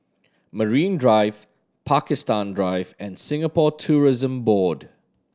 Marine Drive Pakistan Drive and Singapore Tourism Board